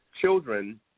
children